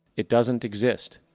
it doesn't exist.